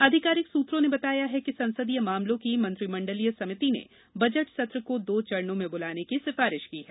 आधिकारिक सूत्रों ने बताया कि संसदीय मामलों की मंत्रिमंडलीय समिति ने बजट सत्र को दो चरणों में बुलाने की सिफारिश की है